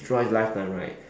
throughout its lifetime right